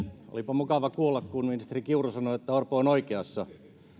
olipa mukava kuulla kun ministeri kiuru sanoi että orpo on oikeassa